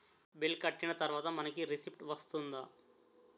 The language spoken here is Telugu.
బిల్ కట్టిన తర్వాత మనకి రిసీప్ట్ వస్తుందా?